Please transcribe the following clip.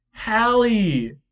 Hallie